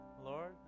Lord